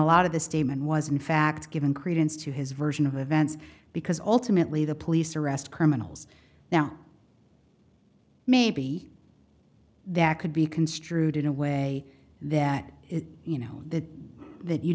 lot of the statement was in fact given credence to his version of events because ultimately the police arrest criminals now maybe that could be construed in a way that you know that that you